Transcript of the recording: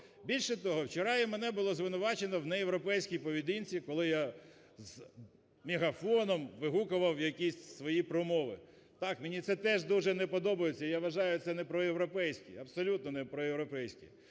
Більше того, вчора мене було звинувачено в неєвропейській поведінці, коли я з мегафоном вигукував якісь свої промови. Так, мені це теж дуже не подобається і я вважаю це не проєвропейські, абсолютно не проєвропейські.